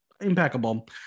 impeccable